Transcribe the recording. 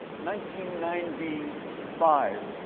ninety ninety five,